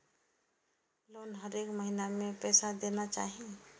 Loan हरेक महीना में पैसा देना चाहि?